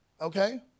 okay